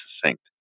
succinct